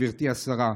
גברתי השרה,